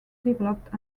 developed